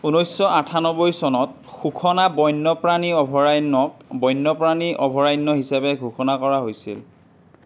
ঊনৈছশ আঠান্নব্বৈ চনত সুখনা বন্যপ্ৰাণী অভয়াৰণ্যক বন্যপ্ৰাণী অভয়াৰণ্য হিচাপে ঘোষণা কৰা হৈছিল